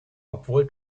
obwohl